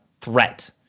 threat